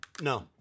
No